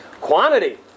quantity